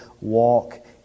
walk